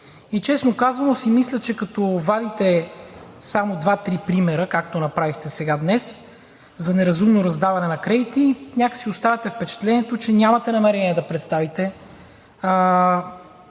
И, честно казано, си мисля, че като вадите само два-три примера, както направихте сега, днес, за неразумно раздаване на кредити, някак си оставате впечатлението, че нямате намерение да представите